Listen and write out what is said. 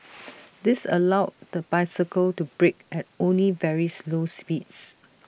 this allowed the bicycle to brake at only very slow speeds